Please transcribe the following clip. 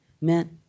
meant